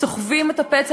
סוחבים את הפצע.